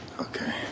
Okay